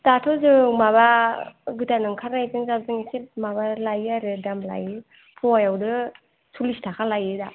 दाथ' जों माबा गोदान ओंखारनायजों जाबजों एसे माबा लायो आरो दामलायो फवा यावनो सलिस थाखा लायो दा